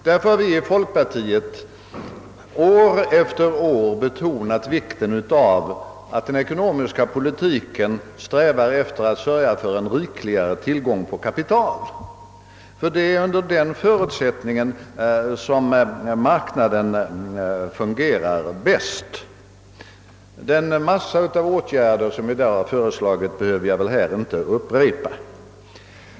Därför har vi i folkpartiet år efter år betonat vikten av att den ekonomiska politiken skall sträva efter att sörja för en rikligare tillgång på kapital, ty det är under denna förutsättning som marknaden fungerar bäst. Den mängd av åtgärder som föreslagits behöver jag väl här inte upprepa.